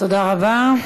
תודה רבה.